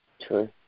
True